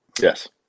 Yes